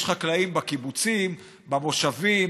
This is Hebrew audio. יש חקלאים בקיבוצים, במושבים